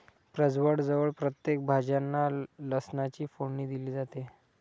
प्रजवळ जवळ प्रत्येक भाज्यांना लसणाची फोडणी दिली जाते